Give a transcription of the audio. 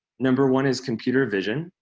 number one is computer vision.